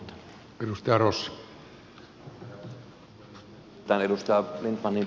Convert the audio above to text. arvoisa herra puhemies